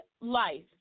life